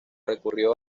recurrió